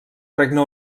regne